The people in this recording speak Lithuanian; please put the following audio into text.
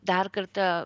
dar kartą